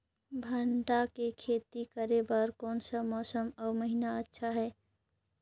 भांटा के खेती करे बार कोन सा मौसम अउ महीना अच्छा हे?